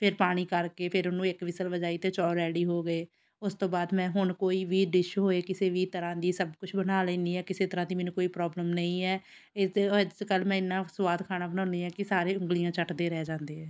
ਫਿਰ ਪਾਣੀ ਕਰਕੇ ਫਿਰ ਉਹਨੂੰ ਇੱਕ ਵਿਸਲ ਵਜਾਈ ਅਤੇ ਚੌਲ ਰੈਡੀ ਹੋ ਗਏ ਉਸ ਤੋਂ ਬਾਅਦ ਮੈਂ ਹੁਣ ਕੋਈ ਵੀ ਡਿਸ਼ ਹੋਏ ਕਿਸੇ ਵੀ ਤਰ੍ਹਾਂ ਦੀ ਸਭ ਕੁਛ ਬਣਾ ਲੈਂਦੀ ਹਾਂ ਕਿਸੇ ਤਰ੍ਹਾਂ ਦੀ ਮੈਨੂੰ ਕੋਈ ਪ੍ਰੋਬਲਮ ਨਹੀਂ ਹੈ ਇਦ ਇਸ ਕੱਲ੍ਹ ਮੈਂ ਇੰਨਾਂ ਸਵਾਦ ਖਾਣਾ ਬਣਾਉਂਦੀ ਹਾਂ ਕਿ ਸਾਰੇ ਉਂਗਲੀਆਂ ਚੱਟਦੇ ਰਹਿ ਜਾਂਦੇ ਹੈ